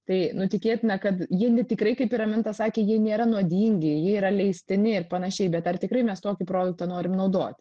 tai nu tikėtina kad jie ne tikrai kaip ir raminta sakė jie nėra nuodingi jie yra leistini ir panašiai bet ar tikrai mes tokį produktą norim naudot